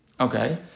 Okay